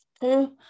two